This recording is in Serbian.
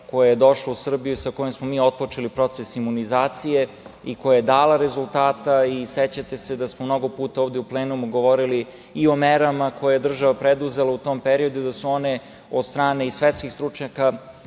koja je došla u Srbiji, sa kojom smo mi otpočeli proces imunizacije i koja je dala rezultate. Sećate se da smo mnogo puta ovde i u plenumu govorili i o merama koje je država preduzela u tom periodu i da su one od strane i svetskih stručnjaka